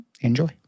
Enjoy